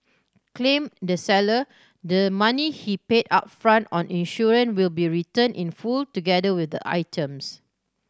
claimed the seller the money he paid upfront on insurance will be returned in full together with the items